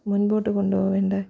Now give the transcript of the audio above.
മുൻപോട്ടു കൊണ്ടു പോകേണ്ടത്